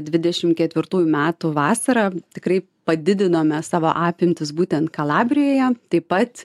dvidešimt ketvirtųjų metų vasarą tikrai padidinome savo apimtis būtent kalabrijoje taip pat